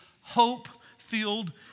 hope-filled